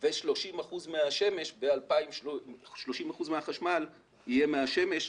ו-30 אחוזים מהחשמל יהיה מהשמש.